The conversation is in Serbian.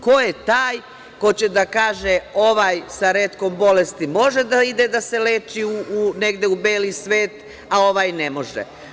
Ko je taj ko će da kaže – ovaj sa retkom bolesti može da ide da se leči negde u beli svet, a ovaj ne može?